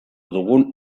dugun